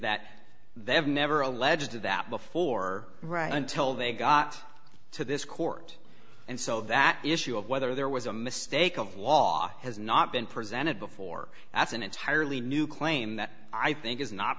that they have never alleged that before right until they got to this court and so that issue of whether there was a mistake of law has not been presented before that's an entirely new claim that i think is not